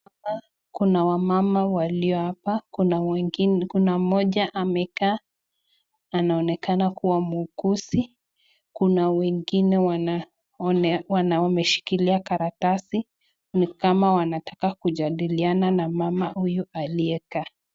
Hapa kuna wamama walio hapa, kuna wengine kuna mmoja amekaa anaonekana kuwa muuguzi ,kuna wengine wameshikilia karatasi ni kama wanataka kujadiliana na mama huyu aliyekaa.